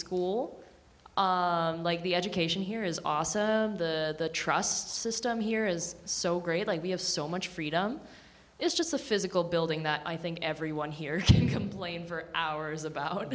school like the education here is awesome the trust system here is so great like we have so much freedom it's just a physical building that i think everyone here can complain for hours about